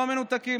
לא מנותקים?